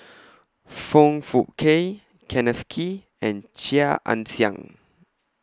Foong Fook Kay Kenneth Kee and Chia Ann Siang